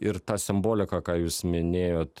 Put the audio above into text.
ir ta simbolika ką jūs minėjot